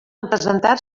presentar